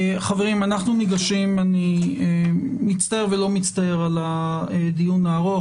אני מצטער ולא מצטער על הדיון הארוך,